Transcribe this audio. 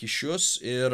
kyšius ir